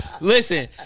Listen